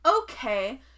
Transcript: okay